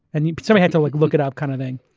and you know i had to like look it up kind of thing.